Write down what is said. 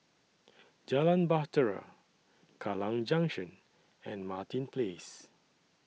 Jalan Bahtera Kallang Junction and Martin Place